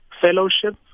fellowship